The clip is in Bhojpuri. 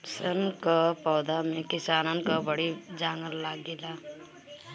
सन कअ पौधा में किसानन कअ बड़ी जांगर लागेला